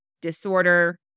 disorder